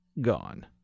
gone